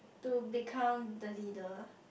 to become the leader